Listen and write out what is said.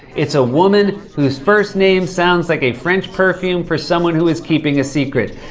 it's a woman whose first name sounds like a french perfume for someone who is keeping a secret.